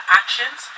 actions